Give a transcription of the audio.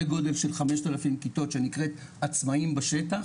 גודל של 5,000 כיתות שנקראת 'עצמאים בשטח'.